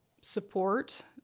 support